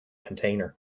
container